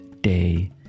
day